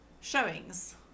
showings